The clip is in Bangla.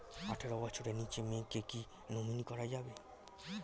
আঠারো বছরের নিচে মেয়েকে কী নমিনি করা যাবে?